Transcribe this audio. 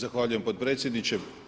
Zahvaljujem potpredsjedniče.